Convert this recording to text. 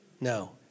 No